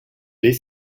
les